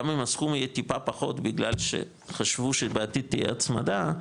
גם אם הסכום יהיה טיפה פחות בגלל שחשבו שבעתיד תהיה הצמדה,